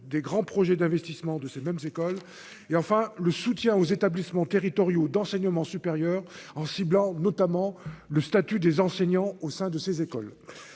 des grands projets d'investissement de ces mêmes écoles et enfin le soutien aux établissements territoriaux d'enseignement supérieur, en ciblant notamment le statut des enseignants au sein de ces écoles